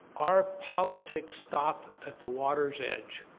our politics stopped at the water's edge.